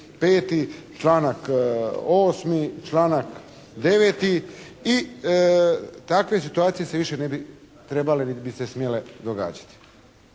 5., članak 8., članak 9. i takve situacije se više ne bi trebale niti bi se smjele događati.